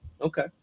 Okay